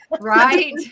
Right